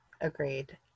Agreed